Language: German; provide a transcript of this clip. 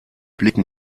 blicken